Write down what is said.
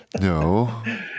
No